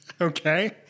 Okay